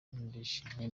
ndishimye